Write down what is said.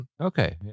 Okay